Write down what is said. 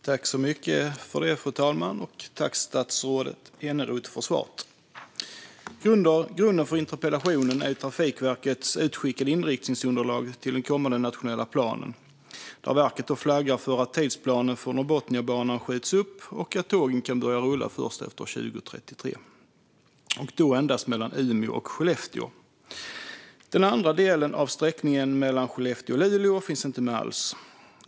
Fru talman! Tack, statsrådet Eneroth, för svaret! Grunden för interpellationen är Trafikverkets utskickade inriktningsunderlag för den kommande nationella planen. Där flaggar verket för att tidsplanen för Norrbotniabanan skjuts upp och för att tågen kan börja rulla först efter 2033, och då endast mellan Umeå och Skellefteå. Den andra delen av sträckningen, mellan Skellefteå och Luleå, finns inte med alls.